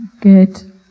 Good